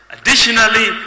Additionally